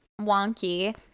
wonky